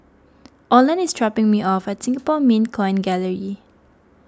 Oland is dropping me off at Singapore Mint Coin Gallery